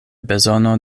bezono